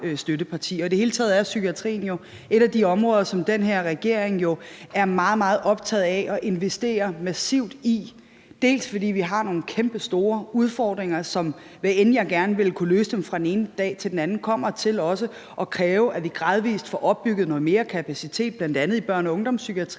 Og i det hele taget er psykiatrien jo et af de områder, som den her regering er meget, meget optaget af og investerer massivt i, fordi vi har nogle kæmpestore udfordringer, som, hvor gerne jeg end ville kunne løse dem fra den ene dag til den anden, kommer til at kræve, at vi gradvis får opbygget noget mere kapacitet, bl.a. i børne- og ungdomspsykiatrien,